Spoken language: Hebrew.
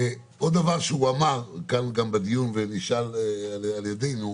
עוד דבר שהוא אמר, כאן גם בדיון ונשאל על ידינו,